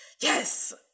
yes